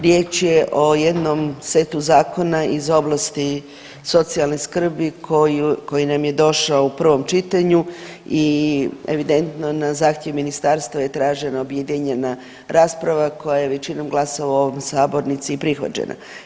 Riječ je o jednom setu zakona iz oblasti socijalne skrbi koji nam je došao u prvom čitanju i evidentno na zahtjev ministarstva je tražena objedinjena rasprava koja je većinom glasova u ovoj sabornici i prihvaćena.